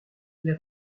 les